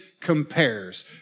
compares